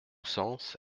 sens